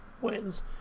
wins